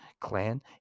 clan